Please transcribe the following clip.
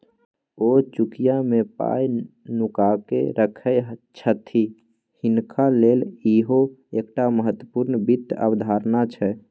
ओ चुकिया मे पाय नुकाकेँ राखय छथि हिनका लेल इहो एकटा महत्वपूर्ण वित्त अवधारणा छै